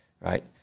right